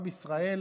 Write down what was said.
עם ישראל